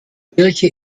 kirche